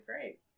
great